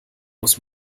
muss